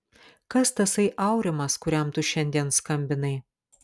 kas tasai aurimas kuriam tu šiandien skambinai